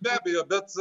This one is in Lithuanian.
be abejo bet